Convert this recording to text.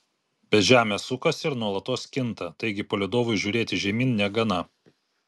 bet žemė sukasi ir nuolatos kinta taigi palydovui žiūrėti žemyn negana